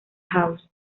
house